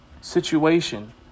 situation